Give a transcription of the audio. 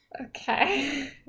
Okay